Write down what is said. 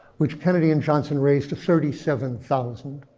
which kennedy and johnson raised to thirty seven thousand,